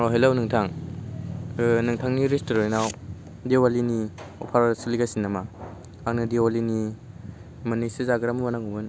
अ' hello नोंथां ओ नोंथांनि रेस्ट'रेन्टाव दिवालीनि अफार सोलिगासिनो नामा आंनो दिवालिनि मोन्नैसो जाग्रा मुवा नांगौमोन